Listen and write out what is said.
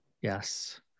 Yes